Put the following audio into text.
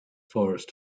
forest